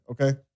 okay